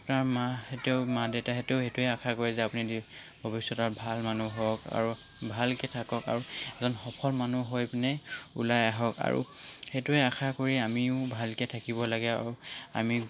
আপোনাৰ মাহঁতেও মা দেউতাহঁতেও সেইটোৱে আশা কৰে যে আপুনি দে ভৱিষ্যতৰ ভাল মানুহ হওক আৰু ভালকৈ থাকক আৰু এজন সফল মানুহ হৈ পেলাই ওলাই আহক আৰু সেইটোৱে আশা কৰি আমিও ভালকৈ থাকিব লাগে আৰু আমি